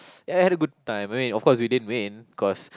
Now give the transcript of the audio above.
ya had a good time I mean of course we didn't win cause